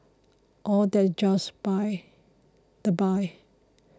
all that just by the by